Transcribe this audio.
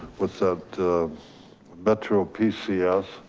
what's that metro pcs.